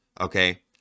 Okay